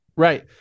Right